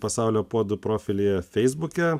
pasaulio puodų profilyje feisbuke